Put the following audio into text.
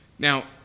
Now